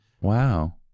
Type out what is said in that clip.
wow